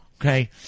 Okay